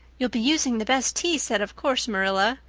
you'll be using the best tea set, of course, marilla,